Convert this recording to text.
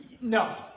No